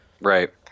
Right